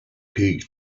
paid